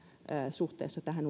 suhteessa tähän